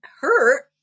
hurt